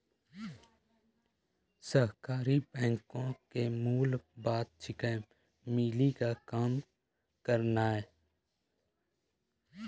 सहकारी बैंको के मूल बात छिकै, मिली के काम करनाय